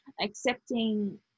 accepting